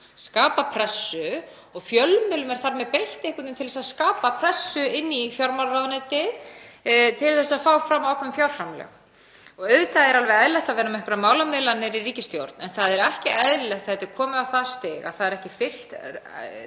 skapa pressu. Og fjölmiðlum er þar með einhvern veginn beitt til að skapa pressu inni í fjármálaráðuneyti til að fá fram ákveðin fjárframlög. Auðvitað er alveg eðlilegt að vera með einhverjar málamiðlanir í ríkisstjórn en það er ekki eðlilegt þegar þetta er komið á það stig að því verklagi sem